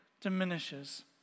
diminishes